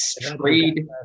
trade